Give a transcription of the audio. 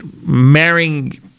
marrying